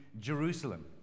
Jerusalem